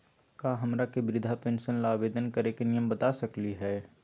का हमरा के वृद्धा पेंसन ल आवेदन करे के नियम बता सकली हई?